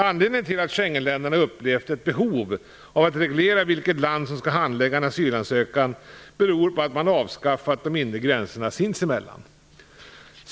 Anledningen till att Schengenländerna upplevt ett behov av att reglera vilket land som skall handlägga en asylansökan beror på att man avskaffat de inre gränserna sinsemellan.